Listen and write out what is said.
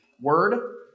word